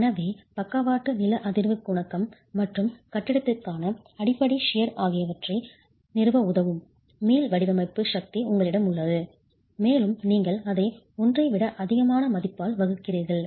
எனவே பக்கவாட்டு லேட்ரல் நில அதிர்வு குணகம் மற்றும் கட்டிடத்திற்கான அடிப்படை ஷியர் கத்தரிப்பது ஆகியவற்றை நிறுவ உதவும் மீள் வடிவமைப்பு சக்தி உங்களிடம் உள்ளது மேலும் நீங்கள் அதை 1 ஐ விட அதிகமான மதிப்பால் வகுக்கிறீர்கள்